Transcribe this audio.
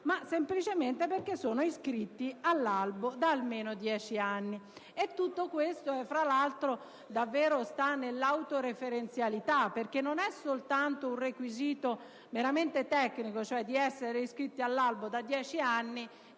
ma semplicemente perché sono iscritti all'Albo da almeno dieci anni. Tutto questo, fra l'altro, si inserisce nell'autoreferenzialità, perché non è soltanto il requisito meramente tecnico di essere iscritti all'Albo da almeno dieci anni,